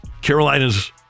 Carolina's